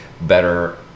better